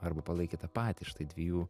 arba palaikė tą patirtį dviejų